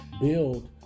build